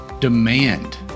Demand